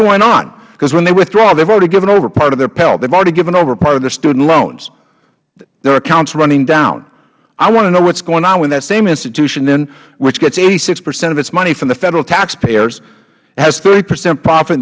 going on because when they withdraw they have already given over part of their pell they have already given over part of their student loans their accounts are running down i want to know what is going on when that same institution then which gets eighty six percent of its money from the federal taxpayers has thirty percent profit